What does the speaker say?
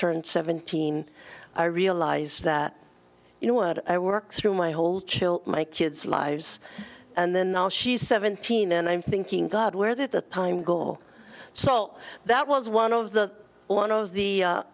turned seventeen i realized that you know what i work through my whole chill my kids lives and then now she's seventeen and i'm thinking god where the time go so that was one of the